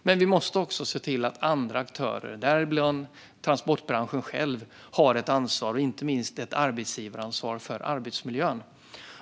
Men vi måste också se till att andra aktörer, däribland transportbranschen själv, har ett ansvar - inte minst ett arbetsgivaransvar - för arbetsmiljön.